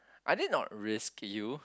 I did not risk you